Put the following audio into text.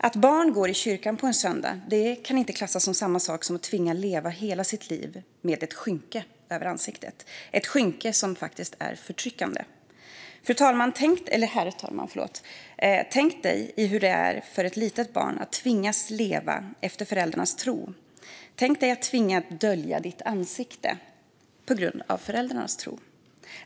Att barn går i kyrkan på en söndag är inte samma sak som att ett barn tvingas leva hela sitt liv med ett skynke för ansiktet, ett skynke som är förtryckande. Herr talman! Tänk hur det måste vara för ett litet barn som tvingas leva enligt föräldrarnas tro. Tänk hur det måste vara att tvingas dölja sitt ansikte på grund av föräldrarnas tro.